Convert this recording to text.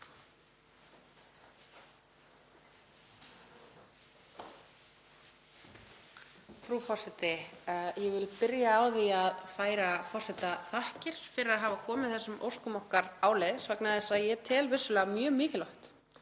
Frú forseti. Ég vil byrja á því að færa forseta þakkir fyrir að hafa komið þessum óskum okkar áleiðis vegna þess að ég tel vissulega mjög mikilvægt